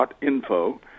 .info